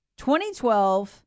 2012